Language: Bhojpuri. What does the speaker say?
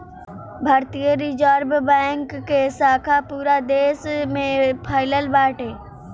भारतीय रिजर्व बैंक के शाखा पूरा देस में फइलल बाटे